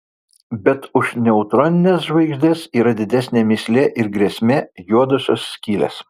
bet už neutronines žvaigždes yra didesnė mįslė ir grėsmė juodosios skylės